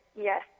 yes